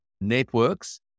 networks